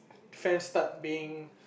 fans start being